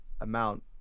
amount